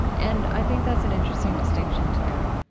and i think that's an interesting distinction too,